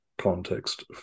context